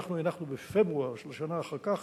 אנחנו הנחנו בפברואר של השנה אחר כך